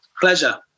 Pleasure